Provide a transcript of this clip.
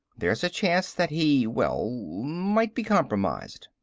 there's a chance that he. well. might be compromised.